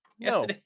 No